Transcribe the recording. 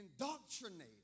indoctrinated